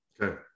okay